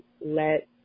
let